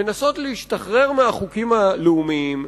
מנסות להשתחרר מהחוקים הלאומיים,